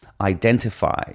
identify